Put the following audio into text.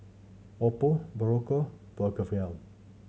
Oppo Berocca Blephagel